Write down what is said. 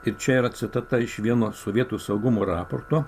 ir čia yra citata iš vieno sovietų saugumo raporto